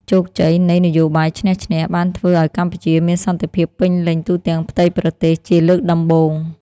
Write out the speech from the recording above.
ជោគជ័យនៃ «នយោបាយឈ្នះ-ឈ្នះ» បានធ្វើឱ្យកម្ពុជាមានសន្តិភាពពេញលេញទូទាំងផ្ទៃប្រទេសជាលើកដំបូង។